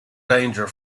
danger